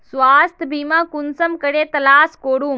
स्वास्थ्य बीमा कुंसम करे तलाश करूम?